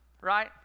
right